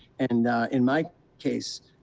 and in my case,